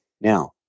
now